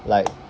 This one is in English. like